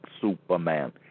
Superman